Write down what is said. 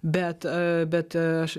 bet bet aš